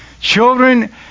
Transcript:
Children